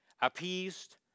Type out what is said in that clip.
appeased